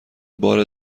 بار